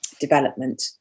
development